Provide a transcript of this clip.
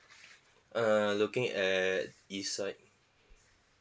err looking at east side